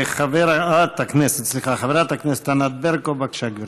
חברת הכנסת ענת ברקו, בבקשה, גברתי.